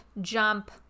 jump